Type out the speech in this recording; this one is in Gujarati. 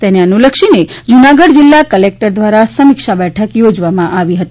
તેને અનુલક્ષીને જુનાગઢ જિલ્લા કલેક્ટર દ્વારા સમીક્ષા બેઠક ચોજવામાં આવી હતી